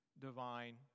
divine